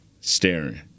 staring